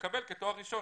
יקבל כתואר ראשון.